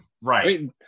Right